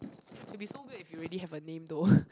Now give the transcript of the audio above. will be so good if you already have a name though